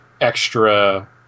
extra